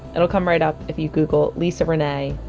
it'll come right up if you google lisa renee,